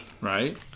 Right